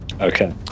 Okay